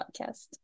podcast